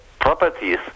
properties